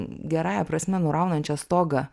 gerąja prasme nuraunančią stogą